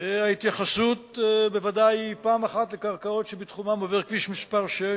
תהיה ההתייחסות בוודאי פעם אחת לקרקעות שבתחומן עובר כביש 6,